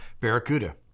Barracuda